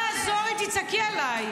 חברת הכנסת מירב, את רעת לב.